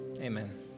amen